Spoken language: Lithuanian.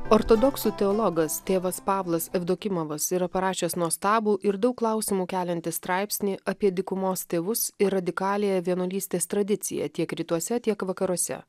ortodoksų teologas tėvas pavlas jevdokimovas yra parašęs nuostabų ir daug klausimų keliantį straipsnį apie dykumos tėvus ir radikaliąją vienuolystės tradiciją tiek rytuose tiek vakaruose